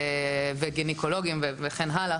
גניקולוגים וכן הלאה,